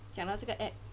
讲到这个 app